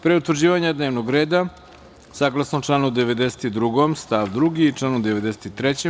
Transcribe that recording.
Pre utvrđivanja dnevnog reda, saglasno članu 92. stav 2. i članu 93.